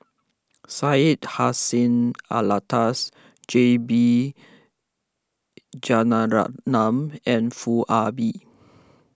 Syed Hussein Alatas J B and Foo Ah Bee